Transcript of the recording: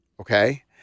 Okay